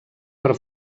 per